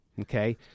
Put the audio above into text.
okay